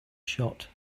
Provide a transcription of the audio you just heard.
shot